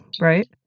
right